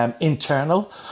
Internal